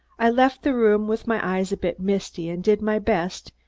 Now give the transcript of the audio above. i left the room with my eyes a bit misty and did my best,